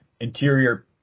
interior